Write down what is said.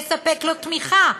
לספק לו תמיכה,